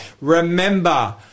remember